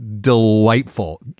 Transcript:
delightful